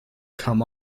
come